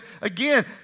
Again